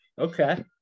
Okay